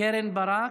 קרן ברק,